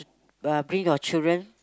uh bring your children